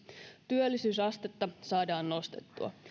työllisyysastetta saadaan nostettua